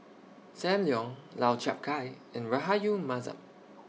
SAM Leong Lau Chiap Khai and Rahayu Mahzam